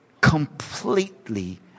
completely